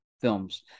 films